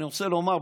אני רוצה לומר,